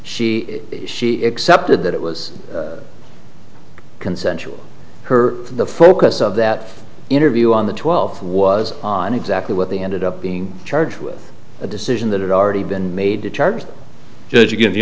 she she excepted that it was consensual her the focus of that interview on the twelfth was on exactly what they ended up being charged with a decision that had already been made to charge the judge again the